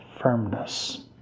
firmness